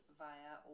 via